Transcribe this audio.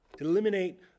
Eliminate